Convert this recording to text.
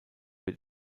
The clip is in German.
wird